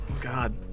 God